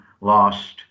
lost